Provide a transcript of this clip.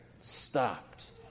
stopped